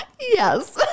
Yes